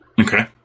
Okay